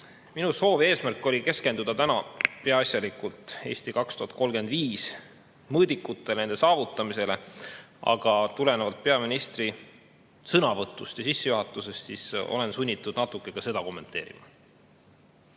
Minu soov oli keskenduda täna peaasjalikult "Eesti 2035" mõõdikutele, eesmärkide saavutamisele. Aga tulenevalt peaministri sõnavõtu sissejuhatusest olen sunnitud natuke ka seda kommenteerima.